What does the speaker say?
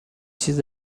چیز